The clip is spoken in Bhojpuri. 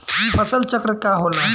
फसल चक्र का होला?